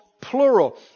plural